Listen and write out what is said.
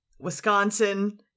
Wisconsin